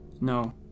No